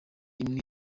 imwe